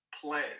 play